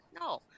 No